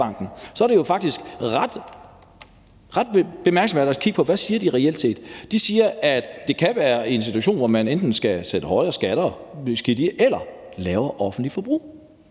er det jo faktisk ret bemærkelsesværdigt at kigge på, hvad de reelt set siger. De siger, at der kan være en situation, hvor man enten skal sætte skatterne op eller det offentlige forbrug